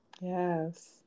Yes